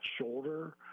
shoulder